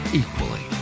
equally